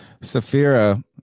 Safira